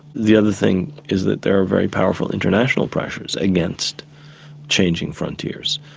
the other thing is that there are very powerful international pressures against changing frontiers.